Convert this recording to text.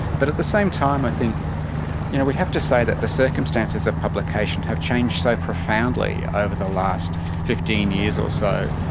but at the same time i think you know we have to say that the circumstances of publication have changed so profoundly over the last fifteen years or so,